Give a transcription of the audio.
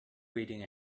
waiting